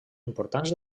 importants